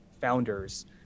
founders